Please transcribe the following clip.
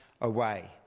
Away